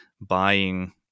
buying